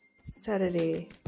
saturday